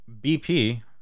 BP